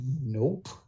nope